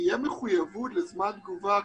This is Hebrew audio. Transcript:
תהי המחויבות לזמן תגובה